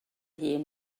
hun